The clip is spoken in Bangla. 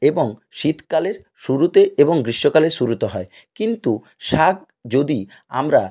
এবং শীতকালের শুরুতেই এবং গ্রীষ্মকালের শুরুতে হয় কিন্তু শাক যদি আমরা